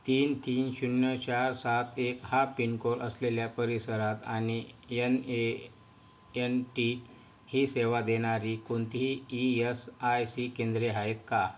तीन तीन शून्य चार सात एक हा पिनकोड असलेल्या परिसरात आणि यन ए यन टी ही सेवा देणारी कोणतीही ई एस आय सी केंद्रे आहेत का